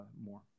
more